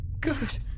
Good